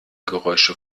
geräusche